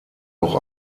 auch